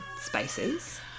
spaces